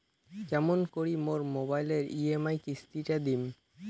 কেমন করি মোর মোবাইলের ই.এম.আই কিস্তি টা দিম?